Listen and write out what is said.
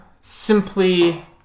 simply